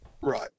right